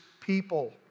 people